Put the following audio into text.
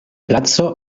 placo